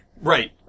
Right